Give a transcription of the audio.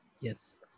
Yes